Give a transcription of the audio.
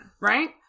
right